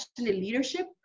leadership